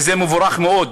וזה מבורך מאוד,